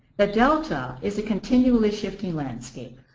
the delta is a continuous shifting landscape.